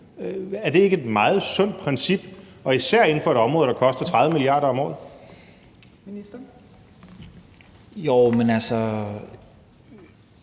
Er det ikke et meget sundt princip, især inden for et område, der koster 30 mia. kr. om året? Kl.